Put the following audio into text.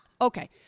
Okay